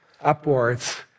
upwards